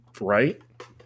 right